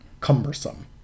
cumbersome